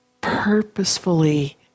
purposefully